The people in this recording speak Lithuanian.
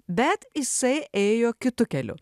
bet jisai ėjo kitu keliu